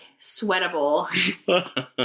sweatable